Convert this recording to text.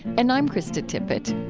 and i'm krista tippett